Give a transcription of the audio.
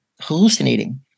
hallucinating